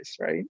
right